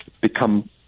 become